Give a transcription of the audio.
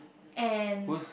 and